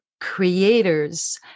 creators